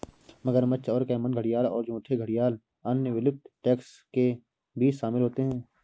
मगरमच्छ और कैमन घड़ियाल और झूठे घड़ियाल अन्य विलुप्त टैक्सा के बीच शामिल होते हैं